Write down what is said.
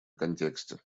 контексте